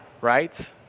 right